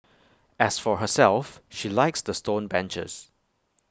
as for herself she likes the stone benches